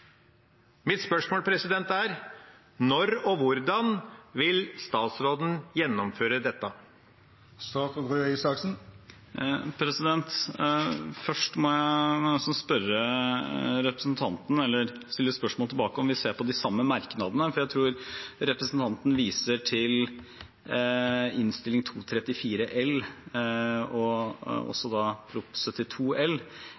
Mitt spørsmål er: Når og hvordan vil statsråden gjennomføre dette? Først må jeg nesten stille spørsmål tilbake om vi ser på de samme merknadene, for jeg tror representanten viser til Innst. 234 L for 2019–2020, og også da Prop. 72 L